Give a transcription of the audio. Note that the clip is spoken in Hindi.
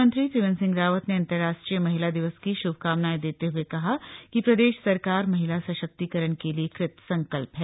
मुख्यमंत्री त्रिवेन्द्र सिंह रावत ने अन्तर्राष्ट्रीय महिला दिवस की शुभकामनायें देते हुए कहा कि प्रदेश सरकार महिला सशक्तिकरण के लिए कृत संकल्प है